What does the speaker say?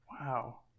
wow